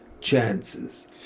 chances